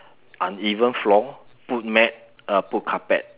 uneven floor put mat put carpet